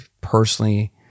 personally